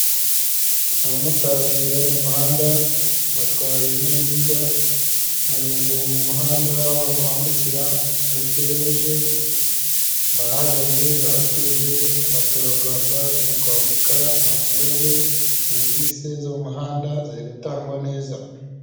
Abamotari bari mumuhanda batwaye ibinyabiziga, bageze mu muhanda aho abantu bambukira, muri feruje bahagaze baratuje, abaturarwanda turi kwambuka ntakibazo serivisi zo mumuhanda ziri gutangwa neza.